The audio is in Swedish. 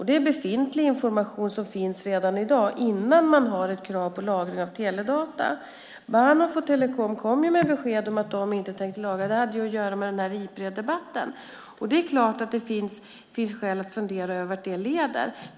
Det är befintlig information som finns redan i dag innan man har ett krav på lagring av teledata. Bahnhof och Tele2 kom med besked om att de inte tänkte lagra. Det hade att göra med Ipreddebatten. Det är klart att det finns skäl att fundera över vart det leder.